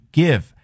give